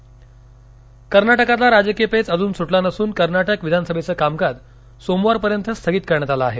कर्नाटक कर्नाटकातला राजकीय पेच अजून सुटला नसून कर्नाटक विधानसभेचं कामकाज सोमवारपर्यंत स्थगित करण्यात आलं आहे